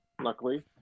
Luckily